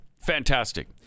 Fantastic